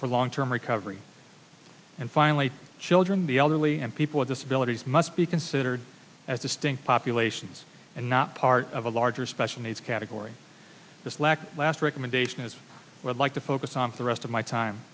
for long term recovery and finally children the elderly and people with disabilities must be considered as distinct populations and not part of a larger special needs category this lack last recommendation is would like to focus on the rest of my time